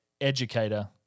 educator